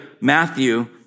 Matthew